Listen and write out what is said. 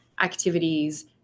activities